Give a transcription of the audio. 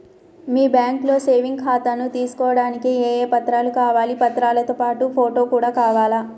మీ బ్యాంకులో సేవింగ్ ఖాతాను తీసుకోవడానికి ఏ ఏ పత్రాలు కావాలి పత్రాలతో పాటు ఫోటో కూడా కావాలా?